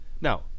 Now